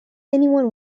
anyone